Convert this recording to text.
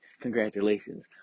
Congratulations